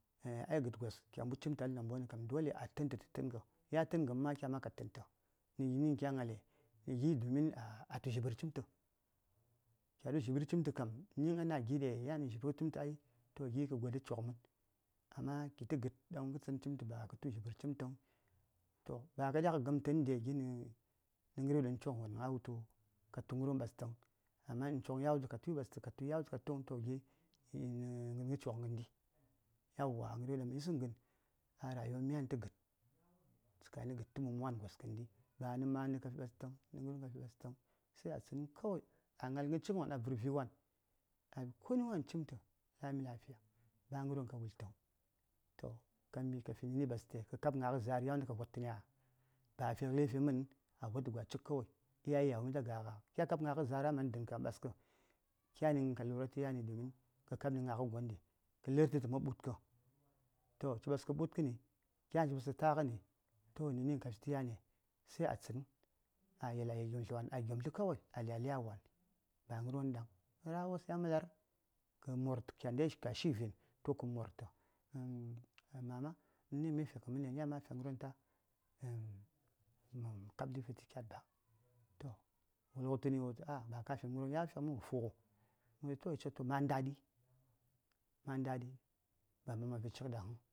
Eah ai gəd gos kam kya mbud cimtə dole a tə:n tə tə tə:n gə ya tə:nghən ma kyani ma ka tə:n tə nə ni kya gnale? nə gi: dumin a a tu dziɓər cimtə kya tu dziɓəri cimtə kam ni a na gi ɗai yan nə dziɓəri cimtə yan kə gode coŋmən amma kitə gəd ɗaŋ kə tsən cimtə ba kətu dziɓər cimtəŋ ba ka diya kə gəmtəŋ dai gin nə ghərwon ɗan coŋvon a wultu ka tu ghərwon ɓastəŋ amma uhn coŋvon ya wultu ka tui ɓastə ka tui ya wultu tu ɓastəŋ ka tuŋ gin nə ghə coŋ ghəndi eah wa ghəryo daŋ mə yisəŋ gən a rayuwa myan tə gəd tsakani gəd tə mumwan gos kəndi ba nə ma:ndə ɓastəŋ nə ghərwon ka fi ɓastəŋ sai a tsənni kawai a gnal ghən cighən wan a vər vi:wan a fi koni wan cimtə lami lafiya ba ghərwon ɗaŋ ka wultə toh kambi ka fi ni ɓaste kə kab gna ghə za:r yawon ka vottəniya ba a fi ghə laifi mənəŋ a vottə gwa cik kawai iyaye ya wumi ta gagha? kya kab gnaghə za:r a man dən kam ɓaskə kyani ghən ka lura tə yani domin kə kabni gna ghə gon ɗi kə lərtə təman ɓu:t kə toh ci ɓaskə ɓu:dkəni kyani ki ɓastə ta:ghəni toh nə ni kafi tə yane? sai a tsən a yal a yel dtləŋsə wan a gyemtlə kawai a lya lya wan ba ghərwon ɗaŋ rawos ya malar kə mortə kya ndai kya shi vin toh kə mortə a mama nəni ghən mi fi fum yan ma fi ghən ta mə kab laifeti ɓa wo tən ghə wo wultu ah ah ba kafi ghənbwonəŋ yan ka fitə mən ma wo fughə toh mə wultu ma ndaɗi ma ndaɗi ba maman fi cik ɗan